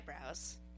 eyebrows